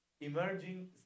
Emerging